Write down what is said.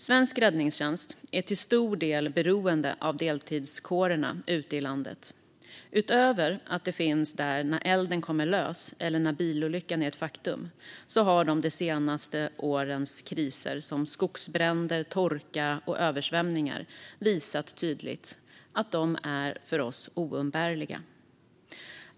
Svensk räddningstjänst är till stor del beroende av deltidskårerna ute i landet. Utöver att de finns där när elden kommer lös eller när bilolyckan är ett faktum har de vid de senaste årens kriser som skogsbränder, torka och översvämningar tydligt visat att de är oumbärliga för oss.